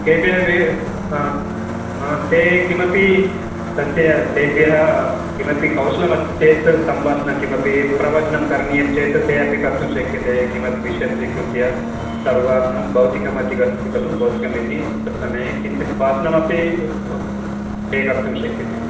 केभ्यः ते हा हा ते किमपि तस्य तेभ्यः किमपि कौशलमस्ति चेत् सम्भाषणं किमपि प्रवचनं करणीयं चेत् ते अपि कर्तुं शक्यते किमपि विषयं स्वीकृत्य सर्वान् भौतिकमतिः अस्ति खलु भौतिकमतिः तद् समये भाषणमपि ते कर्तुं शक्यते